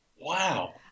wow